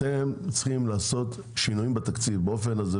אתם צריכים לעשות שינויים בתקציב באופן הזה,